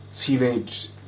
teenage